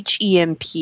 HEMP